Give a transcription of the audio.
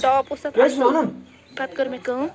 top اوس تَتھ اصٕل پَتہٕ کٔر مےٚ کٲم